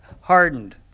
hardened